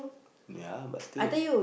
yeah but still